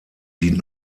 dient